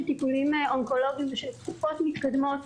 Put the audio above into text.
טיפולים אונקולוגיים ושל תרופות מתקדמות.